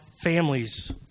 families